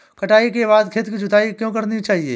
कटाई के बाद खेत की जुताई क्यो करनी चाहिए?